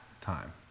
time